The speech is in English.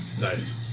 Nice